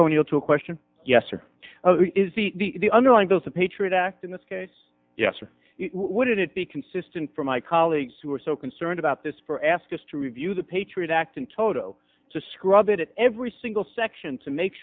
going to go to a question yes or is the underlying those a patriot act in this case yes or would it be consistent for my colleagues who are so concerned about this for ask us to review the patriot act in toto to scrub it every single section to make